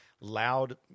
loud